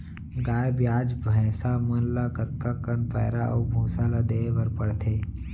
गाय ब्याज भैसा मन ल कतका कन पैरा अऊ भूसा ल देये बर पढ़थे?